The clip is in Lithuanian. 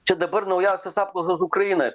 čia dabar naujausios apklausos ukrainoje